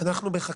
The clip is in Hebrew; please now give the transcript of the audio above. אנחנו בחַקֶּקֶת.